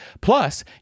Plus